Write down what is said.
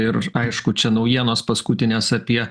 ir aišku čia naujienos paskutinės apie